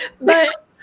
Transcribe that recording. But-